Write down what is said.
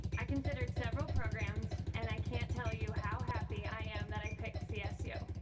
i considered several programs and i can't tell you how happy i am that i picked csu!